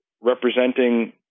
representing